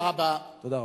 תודה רבה.